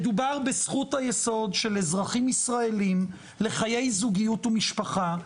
מדובר בזכות היסוד של אזרחים ישראלים לחיי זוגיות ומשפחה,